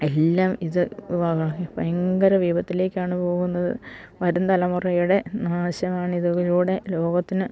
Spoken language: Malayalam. എല്ലാം ഇത് ഭയങ്കര വിപത്തിലേക്കാണ് പോകുന്നത് വരും തലമുറയുടെ നാശമാണ് ഇതിലൂടെ ലോകത്തിന്